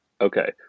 Okay